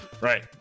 Right